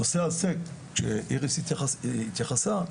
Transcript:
הנושא הזה, שאיריס התייחסה,